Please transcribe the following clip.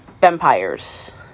vampires